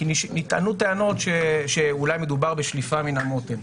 כי נטענו טענות שאולי מדובר בשליפה מן המותן.